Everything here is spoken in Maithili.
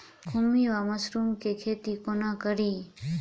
खुम्भी वा मसरू केँ खेती कोना कड़ी?